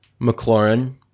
McLaurin